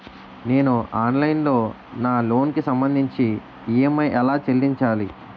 నేను ఆన్లైన్ లో నా లోన్ కి సంభందించి ఈ.ఎం.ఐ ఎలా చెల్లించాలి?